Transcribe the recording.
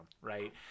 right